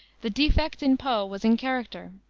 the defect in poe was in character,